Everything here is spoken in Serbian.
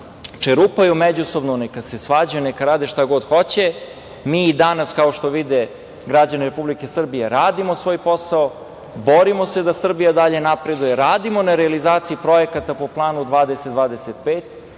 čerupaju međusobno, neka se svađaju, neka rad šta god hoće. Mi i danas, kao što vide građani Republike Srbije, radimo svoj posao, borimo se da Srbija dalje napreduje, radimo na realizaciji projekata po planu 2025